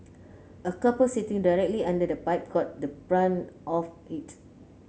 a couple sitting directly under the pipe got the brunt of it